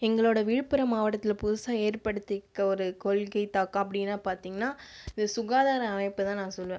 எங்களோட விழுப்புரம் மாவட்டத்தில் புதுசாக ஏற்படுத்திருக்க ஒரு கொள்கை தாக்கம் அப்படினா பார்த்திங்னா வி சுகாதார அமைப்பை தான் நான் சொல்லுவேன்